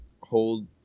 hold